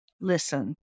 listen